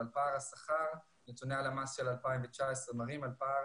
אבל נתוני הלמ"ס של 2019 מראים על פער